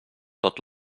tot